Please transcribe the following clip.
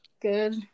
Good